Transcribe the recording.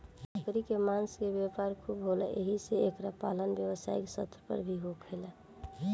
बकरी के मांस के व्यापार खूब होला एही से एकर पालन व्यवसायिक स्तर पर भी होखेला